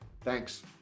Thanks